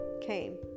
came